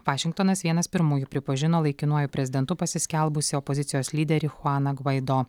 vašingtonas vienas pirmųjų pripažino laikinuoju prezidentu pasiskelbusį opozicijos lyderį chuaną gvaido